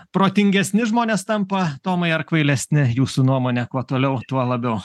protingesni žmonės tampa tomai ar kvailesni jūsų nuomone kuo toliau tuo labiau